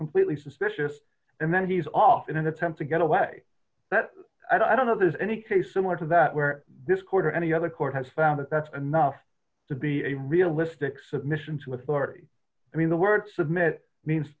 completely suspicious and then he's off in an attempt to get away that i don't know there's any case similar to that where this court or any other court has found that that's enough to be a realistic submission to authority i mean the word submit means